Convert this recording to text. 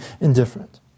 indifferent